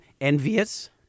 envious